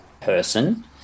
person